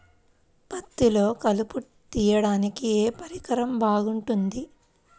పత్తిలో కలుపు తీయడానికి ఏ పరికరం బాగుంటుంది?